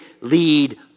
lead